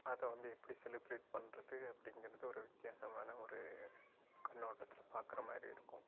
அதை வந்து எப்படி செலிப்ரேட் பண்ணுறது அப்படிங்கிறது ஒரு வித்தியாசமான ஒரு கண்ணோட்டத்தில் பார்க்குற மாதிரி இருக்கும்